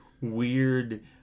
weird